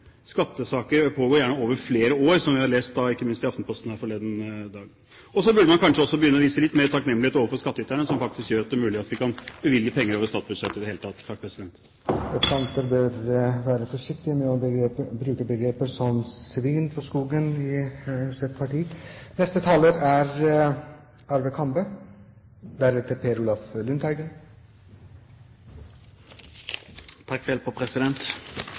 Skattesaker pågår gjerne over flere år, som vi leste ikke minst i Aftenposten forleden dag. Så burde man kanskje også begynne å vise litt mer takknemlighet overfor skattyterne, som faktisk gjør det mulig for oss å bevilge penger over statsbudsjettet i det hele tatt. Representanter bør være forsiktige med å bruke begreper som «svin på skogen» om et parti.